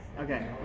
Okay